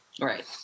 Right